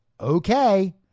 okay